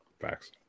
Facts